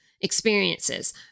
experiences